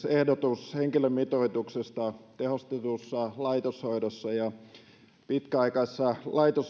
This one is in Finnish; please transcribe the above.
ehdotus henkilömitoituksesta tehostetussa laitoshoidossa ja pitkäaikaisessa